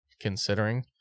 considering